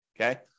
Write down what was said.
okay